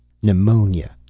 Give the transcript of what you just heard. pneumonia.